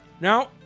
Now